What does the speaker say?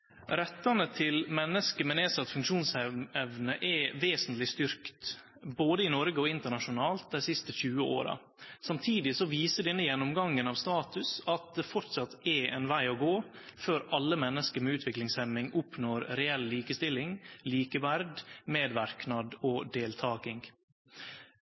Rettane til menneske med nedsett funksjonsevne er vesentleg styrkte, både i Noreg og internasjonalt, dei siste 20 åra. Samtidig viser denne gjennomgangen av status at det framleis er ein veg å gå før alle menneske med utviklingshemming oppnår reell likestilling, likeverd, medverknad